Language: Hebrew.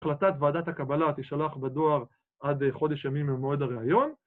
‫החלטת ועדת הקבלה תשלח בדואר ‫עד חודש ימים ממועד הריאיון.